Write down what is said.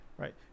Right